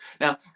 Now